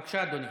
בבקשה, אדוני